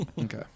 okay